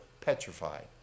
petrified